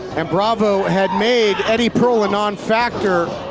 and bravo had made eddie pearl a non-factor.